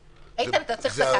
איתן, אתה צריך זקן.